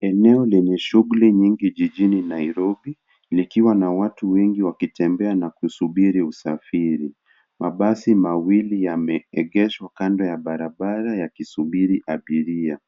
Eneo lenye shughuli nyingi jijini nairobi likiwa na watu wengi wakitembea na kusubiri usafiri mabasi mawili yameegeshwa kando ya barabara yakisubiri abiria